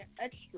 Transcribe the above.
extra